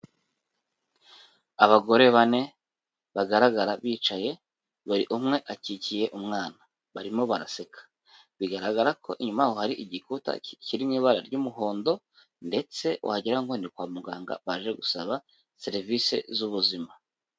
Abagore bane bagaragara bicaye buri umwe akikiye umwana barimo baraseka, bigaragara ko inyuma yaho hari igikuta kiri mu ibara ry'umuhondo ndetse wagira ngo ni kwa muganga baje gusaba serivisi z'ubuzima.